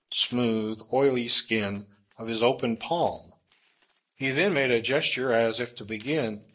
smooth, oily skin of his open palm he then made a gesture as if to begin,